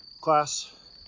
class